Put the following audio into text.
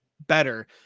better